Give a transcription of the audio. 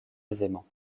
aisément